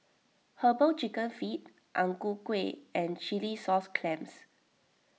Herbal Chicken Feet Ang Ku Kueh and Chilli Sauce Clams